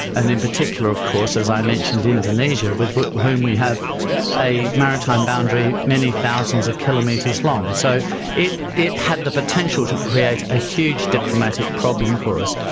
and in particular of course, as i mentioned, indonesia with whom we have a maritime boundary many thousands of kilometres long. so it it had the potential to create a huge diplomatic problem for us.